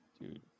dude